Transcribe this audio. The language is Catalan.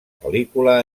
pel·lícula